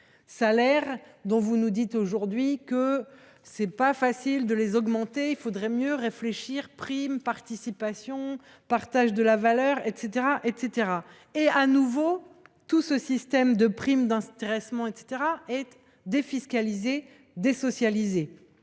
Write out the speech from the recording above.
salaires dont vous nous dites aujourd’hui qu’il n’est pas facile de les augmenter et qu’il vaudrait mieux réfléchir en termes de primes, de participation, de partage de la valeur, etc. Or, de nouveau, tout ce système de primes d’intéressement et autres est défiscalisé, désocialisé.